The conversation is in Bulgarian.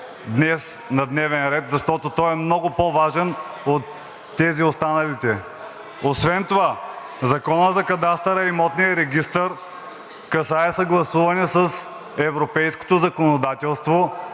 днес на дневен ред, защото той е много по-важен от останалите. Освен това Законът за кадастъра и имотния регистър касае съгласуване с европейското законодателство